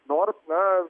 nors na